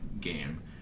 game